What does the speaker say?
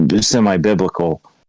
Semi-biblical